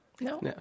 No